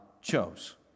chose